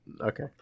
Okay